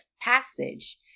passage